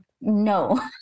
no